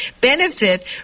benefit